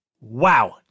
wow